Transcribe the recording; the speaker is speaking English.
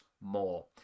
more